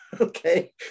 Okay